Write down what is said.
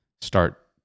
start